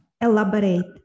elaborate